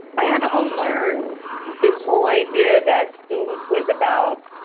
i had to unlearn this whole idea that food was about,